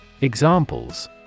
Examples